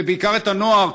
ובעיקר את הנוער,